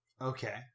Okay